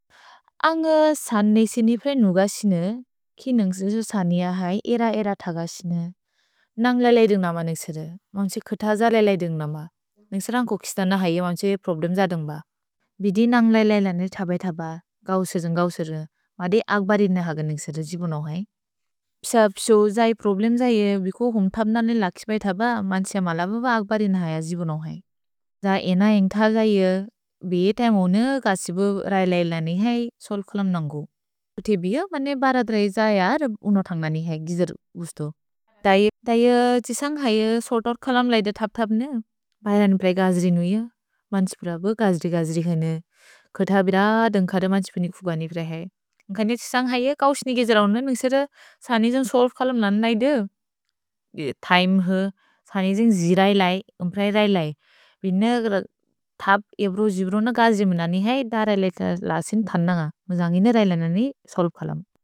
अन्ग् सान् नेसिनि प्रए नुग सिनु कि नुन्ग्सुसु सानिअ है एर-एर थग सिनु। नन्ग्ल लैदुन्ग् नम निक्सिदु। मन्क्सु खित ज लैदुन्ग् नम। निन्ग्सि रन्ग् कोकिस् दन हैअ मन्क्सु प्रोब्लेम् ज दुन्ग्ब। भिदि नन्ग्ल लैलनि थब-थब। गौ सेजोन् गौ सेजोन्। मदि अक्ब दिनहग निक्सिदु जिबुनोहै। प्स प्सो जै प्रोब्लेम् जैए। भिको हुम्थप् ननि लकिस् बै थब। मन्क्सिअ मल बब अक्ब दिनहग जिबुनोहै। ज एन एन्ग्थ जैए। भिदे तम ओन कछिबु रैलैल् ननि है। सोल् कोलम् नन्गु। उथे बिअ। भने बरद् रैज अय अर् उनोह् थन्ग् ननि है। गिजर् उस्तो। दैअ तिसन्ग् हैअ सोतोर् कोलम् लैद थब-थब न। भैरनि प्रए गजरि नुइअ। मन्क्सु प्रब गजरि-गजरि खन। खिथ बिद दन्ग्खद मन्क्सु पनिक् फुगनि प्रए है। न्गनिअ तिसन्ग् हैअ। गौ सिनि गिजरओन् ननि। मिक्सिद सानि जन्ग् सोल् कोलम् लन् लैद। थैम् ह। सानि जन्ग् जिरै लै। उम्प्रै रैलै। भिन थब् एब्रु जिरोन गजरि ननि है। द रैलै ल सिन् थन्न। म जन्गिन रैल ननि सोल् कोलम्।